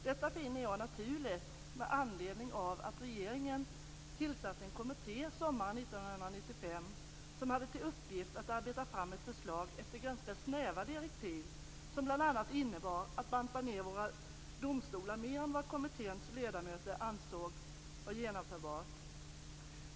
Detta finner jag naturligt med anledning av att regeringen tillsatte en kommitté sommaren 1995 som hade till uppgift att arbeta fram ett förslag efter ganska snäva direktiv. De innebar bl.a. att banta ned våra domstolar mer än vad kommitténs ledamöter ansåg vara genomförbart.